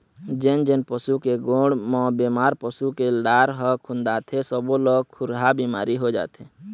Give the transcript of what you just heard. जेन जेन पशु के गोड़ म बेमार पसू के लार ह खुंदाथे सब्बो ल खुरहा बिमारी हो जाथे